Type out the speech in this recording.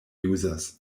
users